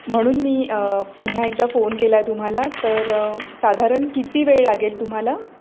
म्हणून मी पुन्हा एकदा फोन केला आहे तुम्हाला तर साधारण किती वेळ लागेल तुम्हाला